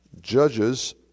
Judges